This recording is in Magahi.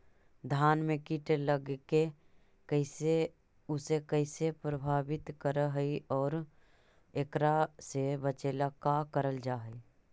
धान में कीट लगके उसे कैसे प्रभावित कर हई और एकरा से बचेला का करल जाए?